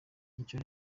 icyo